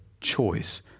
choice